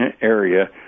area